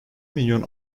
milyon